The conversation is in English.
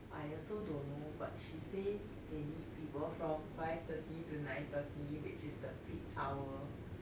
I also don't know but she say they need people from five thirty to nine thirty which is the peak hour